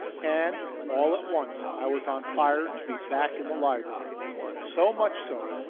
and all at once i was on fire to be back in the library so much so,